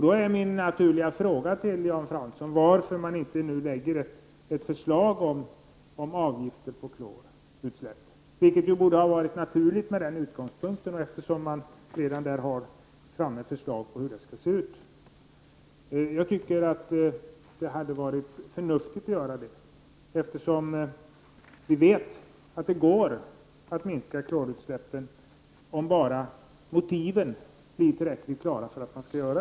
Då är min fråga till Jan Fransson varför man inte lägger fram ett förslag om avgifter på klorutsläpp, vilket borde ha varit naturligt från den synpunkten att det redan finns ett förslag om hur systemet med miljöavgifter skall se ut. Jag tycker att det hade varit förnuftigt att införa avgifter för klorutsläpp, eftersom vi vet att det går att minska dessa utsläpp om bara motiven blir tillräckligt starka.